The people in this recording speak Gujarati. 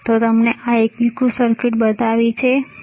મેં તમને આ એકીકૃત સર્કિટ બતાવી છે તે નથી